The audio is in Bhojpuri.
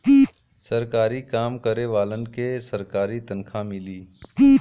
सरकारी काम करे वालन के सरकारी तनखा मिली